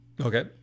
Okay